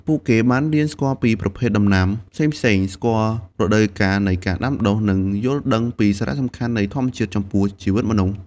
ពួកគេបានរៀនស្គាល់ប្រភេទដំណាំផ្សេងៗ ស្គាល់រដូវកាលនៃការដាំដុះ និងយល់ដឹងពីសារៈសំខាន់នៃធម្មជាតិចំពោះជីវិតមនុស្ស។